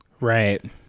Right